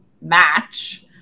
match